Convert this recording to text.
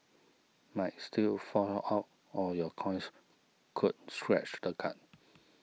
might still fall out or your coins could scratch the card